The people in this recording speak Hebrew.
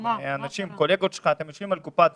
יושבים על הקופה הציבורית.